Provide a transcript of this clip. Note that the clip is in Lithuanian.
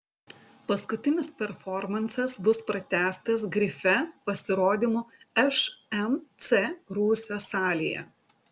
paskutinis performansas bus pratęstas grife pasirodymu šmc rūsio salėje